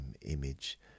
image